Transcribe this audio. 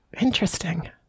Interesting